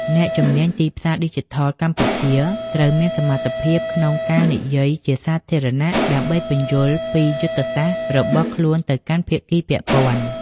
អ្នកជំនាញទីផ្សារឌីជីថលកម្ពុជាត្រូវមានសមត្ថភាពក្នុងការនិយាយជាសាធារណៈ ដើម្បីពន្យល់ពីយុទ្ធសាស្ត្ររបស់ខ្លួនទៅកាន់ភាគីពាក់ព័ន្ធ។